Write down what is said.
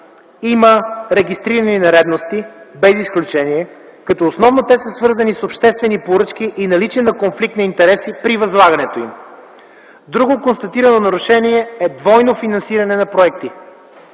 има регистрирани нередности, без изключение, като основно те са свързани с обществените поръчки и наличието на конфликт на интереси при възлагането им. Друго констатирано нарушение е двойното финансиране на проекти.